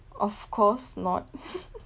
of course not